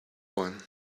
one